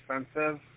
expensive